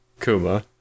Kuma